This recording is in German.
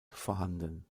vorhanden